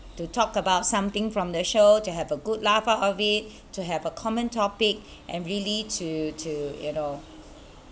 to talk about something from the show to have a good laugh out of it to have a common topic and really to to you know